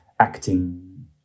Acting